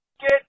Get